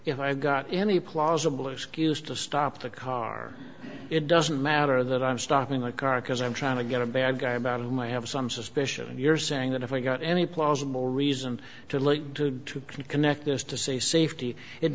i got any plausible excuse to stop the car it doesn't matter that i'm stopping the car because i'm trying to get a bad guy about whom i have some suspicion you're saying that if i got any plausible reason to connect is to say safety it